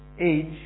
age